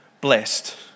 blessed